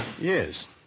Yes